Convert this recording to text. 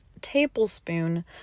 tablespoon